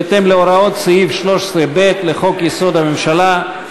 בהתאם להוראות סעיף 13(ב) לחוק-יסוד: הממשלה,